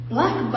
Black